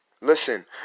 Listen